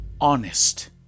honest